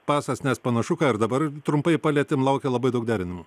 pasas nes panašu ką ir dabar trumpai palietėme laukia labai daug derinimų